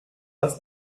less